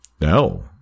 No